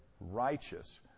righteous